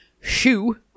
shoe